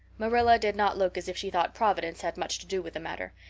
marilla did not look as if she thought providence had much to do with the matter.